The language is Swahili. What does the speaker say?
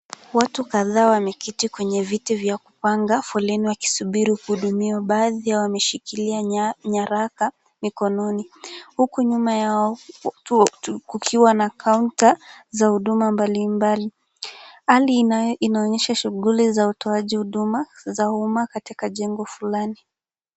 Watu kadhaa wameketi kwenye viti vya kupanga foleni wakisubiri kuhudumiwa. Baadhi yao wameshikilia nyaraka mikononi, huku nyuma yao kukiwa na kaunta za huduma mbalimbali. Hali inaonyesha shughuli za utoaji huduma za umma katika jengo fulani.